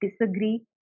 disagree